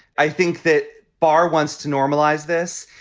i think that bar wants to normalize this.